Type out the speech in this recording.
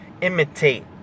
imitate